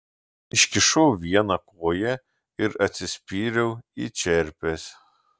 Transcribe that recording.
iškišau vieną koją ir atsispyriau į čerpes